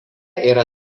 yra